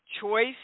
choice